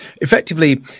effectively